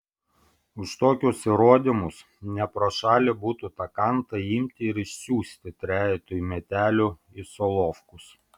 už tokius įrodymus ne pro šalį būtų tą kantą imti ir išsiųsti trejetui metelių į solovkus